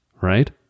right